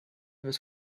with